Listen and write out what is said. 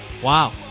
Wow